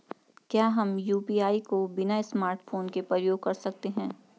क्या हम यु.पी.आई को बिना स्मार्टफ़ोन के प्रयोग कर सकते हैं?